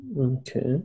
okay